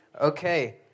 Okay